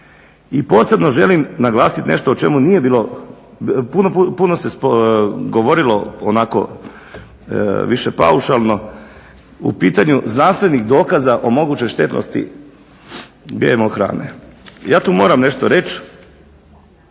I posebno želim naglasit nešto o čemu nije bilo, puno se govorilo onako više paušalno u pitanju znanstvenih dokaza o mogućoj štetnosti GMO hrane. Ja tu moram nešto reć,